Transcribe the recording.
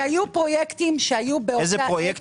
כי היו פרויקטים שהיו --- איזה פרויקט